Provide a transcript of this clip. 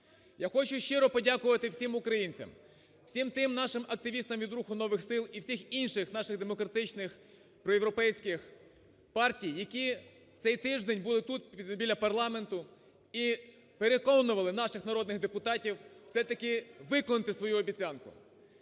Я хочу щиро подякувати всім українцям, всім тим нашим активістам від "Руху нових сил" і всіх інших наших демократичних проєвропейських партій, які цей тиждень були тут біля парламенту і переконували наших народних депутатів все-таки виконати свою обіцянку.